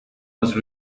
was